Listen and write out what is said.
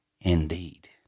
Indeed